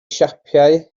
siapau